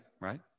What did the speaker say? right